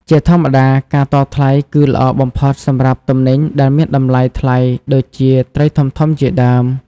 ជាធម្មតាការតថ្លៃគឺល្អបំផុតសម្រាប់ទំនិញដែលមានតម្លៃថ្លៃដូចជា ត្រីធំៗជាដើម។